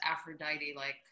Aphrodite-like